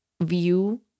view